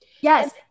Yes